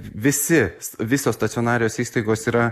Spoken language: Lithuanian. visi visos stacionarios įstaigos yra